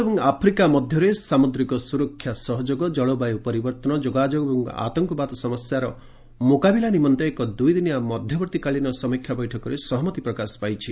India Africa cooperation Bharat ଏବଂ Africa ମଧ୍ୟରେ ସାମୁଦ୍ରିକ ସୁରକ୍ଷା ସହଯୋଗ ଜଳବାୟୁ ପରିବର୍ତ୍ତନ ଯୋଗାଯୋଗ ଏବଂ ଆତଙ୍କବାଦ ସମସ୍ୟାର ମୁକାବିଲା ନିମନ୍ତେ ଏକ ଦୁଇଦିନିଆ ମଧ୍ୟବର୍ତ୍ତୀକାଳୀନ ସମୀକ୍ଷା ବୈଠକରେ ସହମତି ପ୍ରକାଶ ପାଇଛି